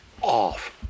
off